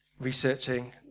Researching